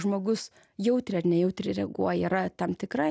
žmogus jautriai ar nejautriai reaguoja yra tam tikra